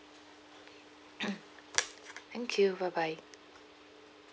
thank you bye bye